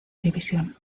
división